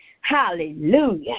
Hallelujah